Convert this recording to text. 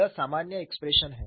यह सामान्य एक्सप्रेशन है